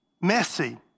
messy